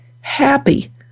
happy